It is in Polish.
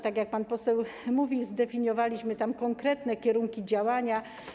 Tak jak pan poseł mówił, zdefiniowaliśmy tam konkretne kierunki działania.